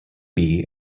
bee